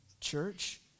church